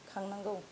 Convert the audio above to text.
खांनांगौ